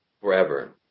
forever